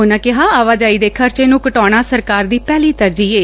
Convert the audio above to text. ਉਨ੍ਹਾ ਕਿਹਾ ਆਵਾਜਾਈ ਦੇ ਖਰਚੇ ਨੂੰ ਘਟਾਉਣਾ ਸਰਕਾਰ ਦੀ ਪਹਿਲੀ ਤਰਜੀਹ ਏ